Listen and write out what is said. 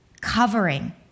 covering